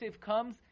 comes